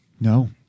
No